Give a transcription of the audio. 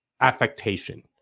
affectation